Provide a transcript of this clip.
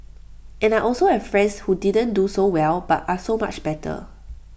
and I also have friends who didn't do so well but are so much better